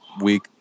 week